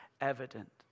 evident